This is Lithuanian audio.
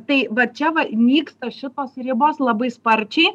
tai va čia va nyksta šitos ribos labai sparčiai